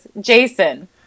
Jason